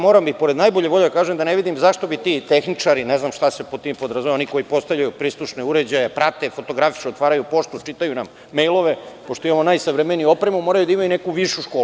Moram i pored najbolje volje da kažem da ne vidim zašto bi ti tehničari, ne znam šta se pod time podrazumeva, oni koji postavljaju prislušne uređaje, prate, fotografišu, otvaraju poštu, čitaju nam mejlove, pošto imamo najsavremeniju opremu, moraju da imaju neku višu školu.